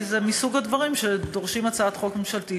כי זה מסוג הדברים שדורשים הצעת חוק ממשלתית.